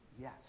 yes